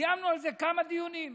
קיימנו על זה כמה דיונים ואמרנו: